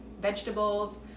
vegetables